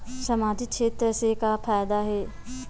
सामजिक क्षेत्र से का फ़ायदा हे?